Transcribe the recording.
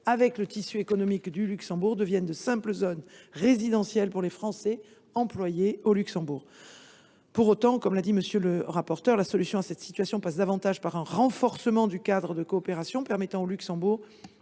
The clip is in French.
avec le tissu économique du Luxembourg, deviennent de simples zones résidentielles pour les Français employés au Grand Duché. Pour autant, comme l’a indiqué M. le rapporteur spécial, la solution passe davantage par un renforcement du cadre de coopération, permettant au Luxembourg